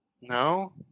No